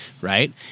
right